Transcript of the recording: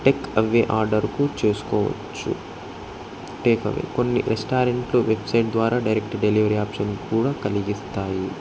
take away ఆర్డర్కు చేసుకోవచ్చు take away కొన్ని రెస్టారెంట్లు వెబ్సైట్ ద్వారా డైరెక్ట్ డెలివరీ ఆప్షన్ కూడా కలిగిస్తాయి